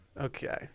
Okay